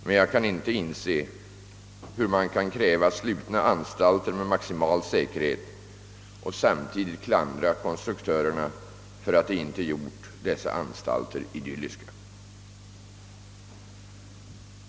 Men jag kan inte inse hur man kan kräva slutna anstalter med maximal säkerhet och samtidigt klandra konstruktörerna för att de inte gjort dessa anstalter idylliska.